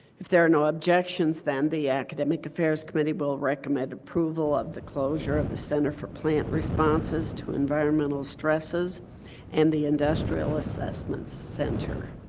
if there are no objections then, the academic affairs committee will recommend approval of the closure of the center for plant responses to environmental stresses and the industrial assessment center.